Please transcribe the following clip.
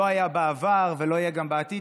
לא היה בעבר וגם לא יהיה בעתיד,